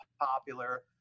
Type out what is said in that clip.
popular